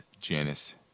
Janice